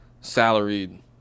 salaried